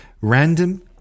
Random